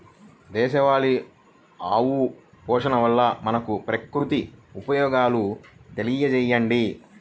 దేశవాళీ ఆవు పోషణ వల్ల మనకు, ప్రకృతికి ఉపయోగాలు తెలియచేయండి?